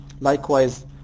Likewise